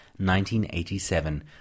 1987